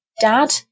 dad